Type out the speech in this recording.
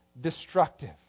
destructive